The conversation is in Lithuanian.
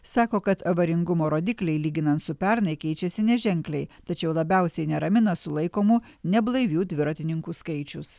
sako kad avaringumo rodikliai lyginant su pernai keičiasi neženkliai tačiau labiausiai neramina sulaikomų neblaivių dviratininkų skaičius